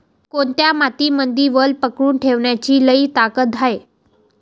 कोनत्या मातीमंदी वल पकडून ठेवण्याची लई ताकद हाये?